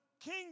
king